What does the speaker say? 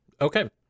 Okay